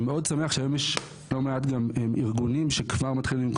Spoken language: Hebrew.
אני מאוד שמח שהיום יש לא מעט גם ארגונים שכבר מתחילים,